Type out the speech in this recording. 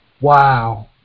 wow